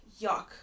yuck